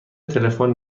تلفن